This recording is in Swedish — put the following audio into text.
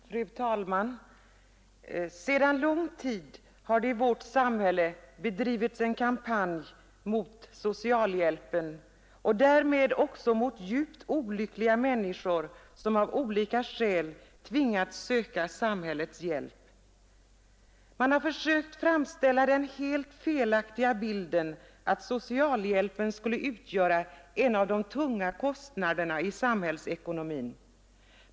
Fru talman! Sedan lång tid har det i vårt samhälle bedrivits en kampanj mot socialhjälpen och därmed också mot djupt olyckliga människor som av olika skäl tvingats söka samhällets hjälp. Man har försökt framställa den helt felaktiga bilden att socialhjälpen skulle utgöra en av de tunga kostnaderna i samhällsekonomin.